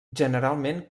generalment